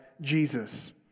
Jesus